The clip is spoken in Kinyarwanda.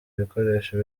ibikoresho